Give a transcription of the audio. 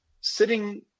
sitting